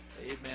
Amen